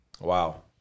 wow